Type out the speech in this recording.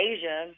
Asia